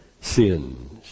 sins